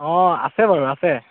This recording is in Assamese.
অঁ আছে বাৰু আছে